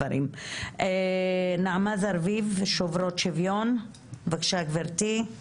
נעמה זרביב, שוברות שוויון, בבקשה גבירתי.